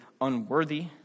unworthy